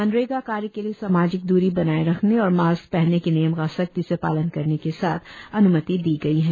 मनरेगा कार्य के लिए सामाजिक द्वरी बनाए रखने और मास्क पहनने के नियम का सख्ती से पालन करने के साथ अन्मति दी गई है